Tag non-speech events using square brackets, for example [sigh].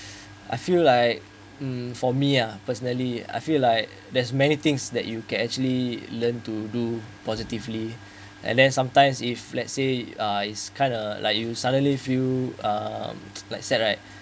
I feel like mm for me uh personally I feel like there's many things that you can actually learn to do positively and then sometimes if let's say uh it's kind uh like you suddenly feel like um [noise] like sad right